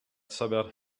sobered